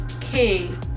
king